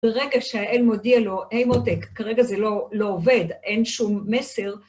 ברגע שהאל מודיע לו, הי מותק, כרגע זה לא עובד, אין שום מסר,